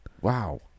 wow